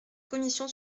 commission